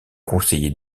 conseiller